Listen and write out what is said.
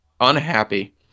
Unhappy